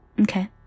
Okay